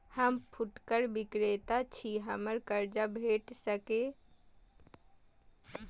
हम फुटकर विक्रेता छी, हमरा कर्ज भेट सकै ये?